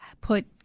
put